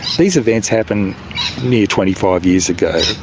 these events happen near twenty five years ago,